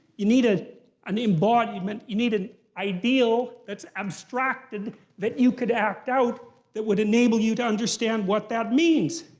you need ah an embodiment. you need an ideal that's abstracted that you could act out that would enable you to understand what that means.